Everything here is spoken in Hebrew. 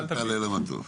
אל תעלה למטוס.